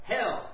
Hell